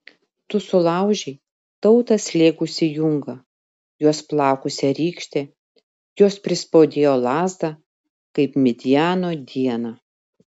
tu sulaužei tautą slėgusį jungą juos plakusią rykštę jos prispaudėjo lazdą kaip midjano dieną